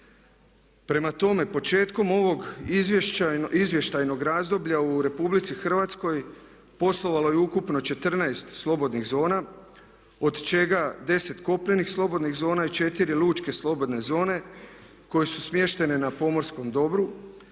Prema tome, početkom ovog izvještajnog razdoblja u Republici Hrvatskoj poslovalo je ukupno 14 slobodnih zona, od čega 10 kopnenih slobodnih zona i 4 lučke slobodne zone koje su smještene na pomorskom dobru.